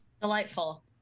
delightful